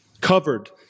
Covered